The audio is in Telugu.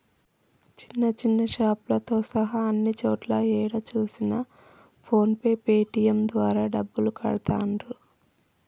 చిన్న చిన్న షాపులతో సహా అన్ని చోట్లా ఏడ చూసినా ఫోన్ పే పేటీఎం ద్వారా డబ్బులు కడతాండ్రు